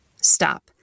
stop